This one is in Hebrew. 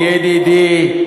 ידידי,